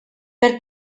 per